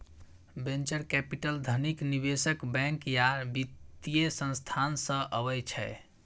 venture capital धनिक निबेशक, bank या बित्तीय संस्थान सँ अबै छै